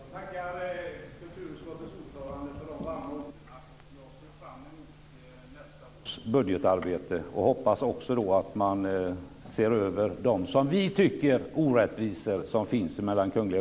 Herr talman! Jag tackar kulturutskottets ordförande för de varma orden. Jag ser fram emot nästa års budgetarbete. Jag hoppas också att man ser över de, som vi tycker, orättvisor som finns mellan Kungliga